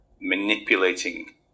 manipulating